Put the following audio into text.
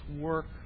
work